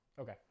Okay